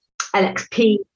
LXP